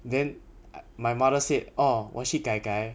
then my mother said orh 我去 gai gai